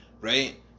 Right